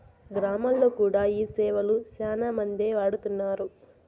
గ్రామాల్లో కూడా ఈ సేవలు శ్యానా మందే వాడుతున్నారు